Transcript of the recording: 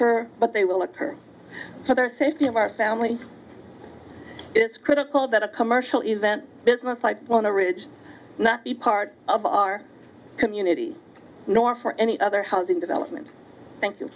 ter but they will occur for their safety of our family it's critical that a commercial event business type on a ridge not be part of our community nor for any other housing development thank you